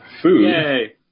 Food